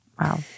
Wow